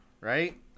right